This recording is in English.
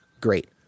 great